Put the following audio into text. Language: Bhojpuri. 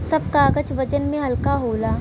सब कागज वजन में हल्का होला